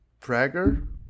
Prager